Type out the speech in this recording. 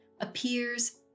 appears